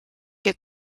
che